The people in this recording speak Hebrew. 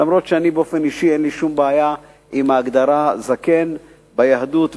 אף שבאופן אישי אין לי שום בעיה עם ההגדרה "זקן" ביהדות,